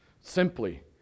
simply